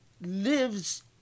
lives